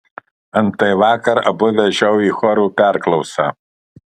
antai vakar abu vežiau į chorų perklausą